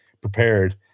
prepared